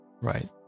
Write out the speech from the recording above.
right